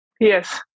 Yes